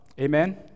Amen